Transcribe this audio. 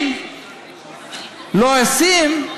אם לא אשים אלעזר,